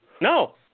No